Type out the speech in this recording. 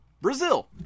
Brazil